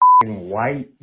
white